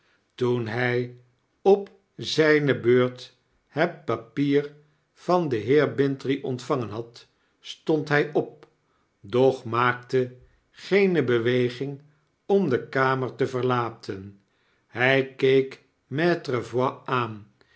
toen hjj op zyne beurt het papier van den heer bintrey ontvangen had stond hj op doch maakte eene beweging om de kamer te verlaten hy keek maitre voigt aan